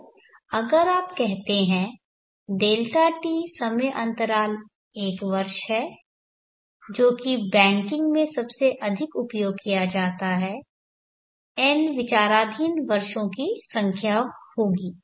तो अगर आप कहते हैं Δt समय अंतराल 1 वर्ष है जो कि बैंकिंग में सबसे अधिक उपयोग किया जाता है n विचाराधीन वर्षों की संख्या होगी